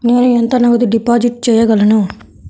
నేను ఎంత నగదు డిపాజిట్ చేయగలను?